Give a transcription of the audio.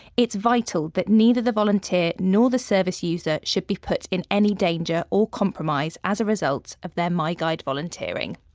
it's vital that neither the volunteer, not you know the service user, should be put in any danger or compromise as a result of their my guide volunteering